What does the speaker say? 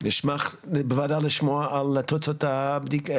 נשמח בוועדה לקבל עדכון על תוצאות הישיבה.